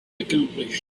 accomplish